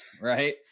Right